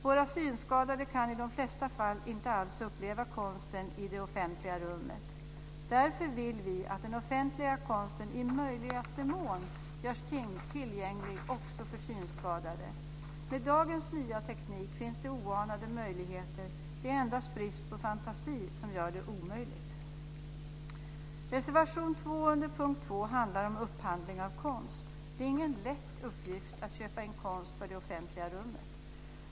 Våra synskadade kan i de flesta fall inte alls uppleva konsten i det offentliga rummet. Därför vill vi att den offentliga konsten i möjligaste mån görs tillgänglig också för synskadade. Med dagens nya teknik finns det oanade möjligheter. Det är endast brist på fantasi som gör det omöjligt. Reservation 2 under punkt 2 handlar om upphandling av konst. Det är ingen lätt uppgift att köpa in konst för det offentliga rummet.